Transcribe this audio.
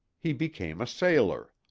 he became a sailor.